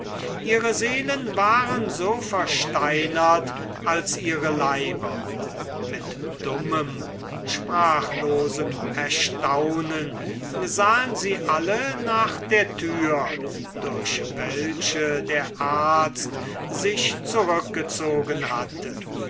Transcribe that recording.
ihre seelen waren so versteinert als ihre leiber mit dummem sprachlosen erstaunen sahen sie alle nach der türe durch welche der aeskulap sich zurückgezogen hatte